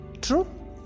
true